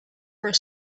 were